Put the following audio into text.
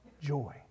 joy